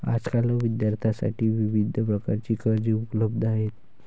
आजकाल विद्यार्थ्यांसाठी विविध प्रकारची कर्जे उपलब्ध आहेत